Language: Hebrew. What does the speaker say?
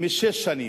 משש שנים.